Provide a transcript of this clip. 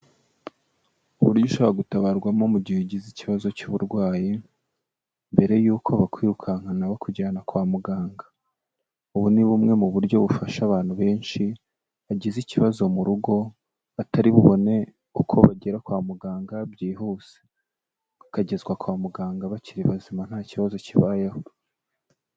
Uburyo ushobora gutabarwamo mu gihe ugize ikibazo cy'uburwayi, mbere yuko bakwirukankana bakujyana kwa muganga. Unu ni bumwe mu buryo bufasha abantu benshi, bagize ikibazo mu rugo, batari bubone uko bagera kwa muganga byihuse. Bakagezwa kwa muganga bakiri bazima, nta kibazo kibayeho.